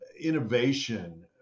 innovation